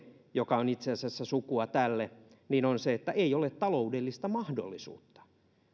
joka on itse asiassa sukua tälle on se että ei ole taloudellista mahdollisuutta